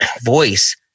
voice